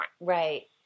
Right